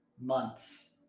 months